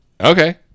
Okay